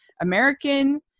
American